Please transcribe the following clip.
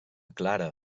clara